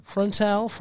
Frontal